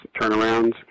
turnarounds